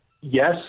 Yes